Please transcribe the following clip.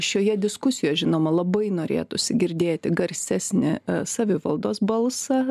šioje diskusijoj žinoma labai norėtųsi girdėti garsesnį savivaldos balsą